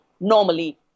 normally